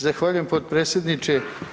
Zahvaljujem g. potpredsjedniče.